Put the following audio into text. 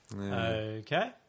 Okay